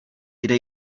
kde